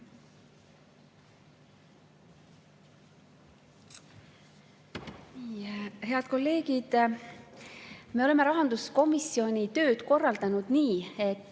Head kolleegid! Me oleme rahanduskomisjoni töö korraldanud nii, et